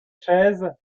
chaise